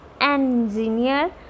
engineer